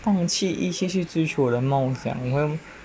放弃一切去追求的梦想